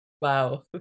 Wow